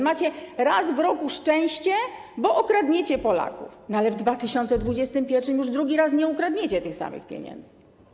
Macie raz w roku szczęście, bo okradniecie Polaków, ale w 2021 r. już drugi raz nie ukradniecie tych samych pieniędzy.